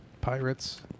Pirates